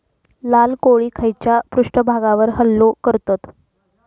लाल कोळी खैच्या पृष्ठभागावर हल्लो करतत?